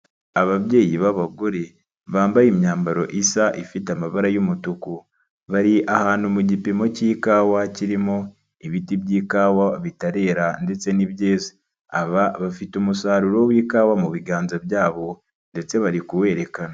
Ababyeyi b'abagore bambaye imyambaro isa ifite amabara y'umutuku, bari ahantu mu gipimo cy'ikawa kirimo ibiti by'ikawa bitarera ndetse n'ibyeze, aba bafite umusaruro w'ikawa mu biganza byabo ndetse bari kuwerekana.